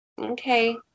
Okay